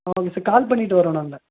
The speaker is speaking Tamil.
ஆ ஓகே சார் கால் பண்ணிட்டு வரோம் நாங்கள்